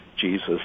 Jesus